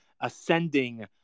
ascending